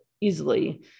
easily